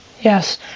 yes